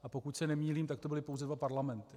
A pokud se nemýlím, tak to byly pouze dva parlamenty.